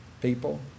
people